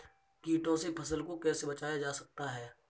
कीटों से फसल को कैसे बचाया जा सकता है?